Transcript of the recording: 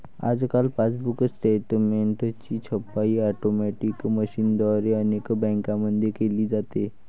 आजकाल पासबुक स्टेटमेंटची छपाई ऑटोमॅटिक मशीनद्वारे अनेक बँकांमध्ये केली जाते